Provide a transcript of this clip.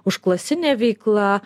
užklasinė veikla